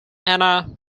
anna